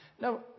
Now